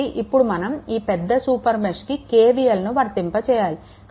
కాబట్టి ఇప్పుడు మనం ఈ పెద్ద సూపర్ మెష్కి KVLని వర్తింపజేయాలి